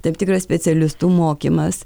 tam tikras specialistų mokymas